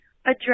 address